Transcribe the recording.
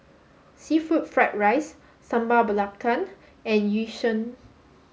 seafood fried rice Sambal Belacan and yu sheng